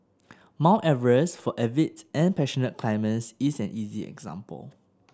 Mount Everest for avid and passionate climbers is an easy example